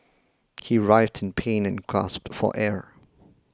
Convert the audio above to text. he writhed in pain and gasped for air